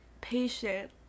patient